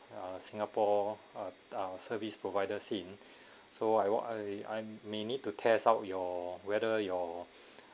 uh singapore uh uh service provider scene so what what I I may need to test out your whether your